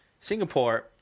Singapore